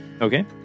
okay